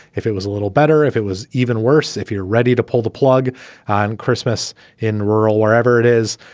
if it was a little better, if it was even worse, if you're ready to pull the plug on christmas in rural, wherever it is,